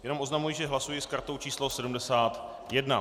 Jenom oznamuji, že hlasuji s kartou číslo 71.